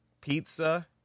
pizza